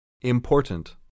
Important